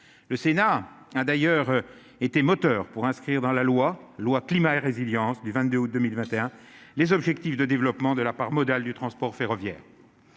le Sénat a d'ailleurs été moteur pour inscrire dans la loi loi climat et résilience du 22 août 2021, les objectifs de développement de la part modale du transport ferroviaire,